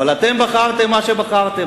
אבל אתם בחרתם מה שבחרתם.